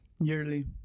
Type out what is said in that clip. Yearly